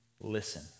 listen